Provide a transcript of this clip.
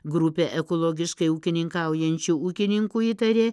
grupė ekologiškai ūkininkaujančių ūkininkų įtarė